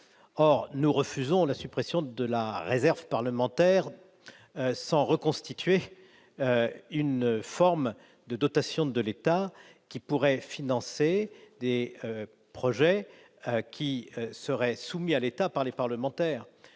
Nous refusons la suppression de la réserve parlementaire sans que soit reconstituée une forme de dotation de l'État qui pourrait financer les projets soumis à l'État par les parlementaires.